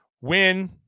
win